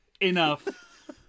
Enough